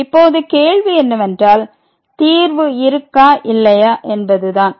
இப்போது கேள்வி என்னவென்றால் தீர்வு இருக்கா இல்லையா என்பது தான்